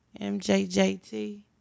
MJJT